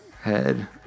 head